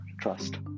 trust